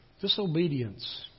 Disobedience